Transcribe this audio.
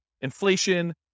inflation